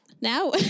now